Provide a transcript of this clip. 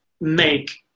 make